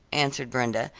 answered brenda,